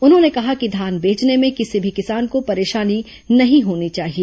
उन्होंने कहा कि धान बेचने में किसी भी किसान को परेशानी नहीं होनी चाहिए